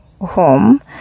home